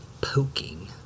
poking